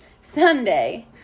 Sunday